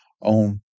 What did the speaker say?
on